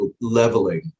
leveling